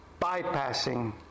bypassing